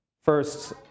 First